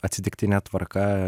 atsitiktine tvarka